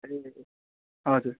ए हजुर